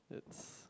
it's